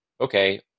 okay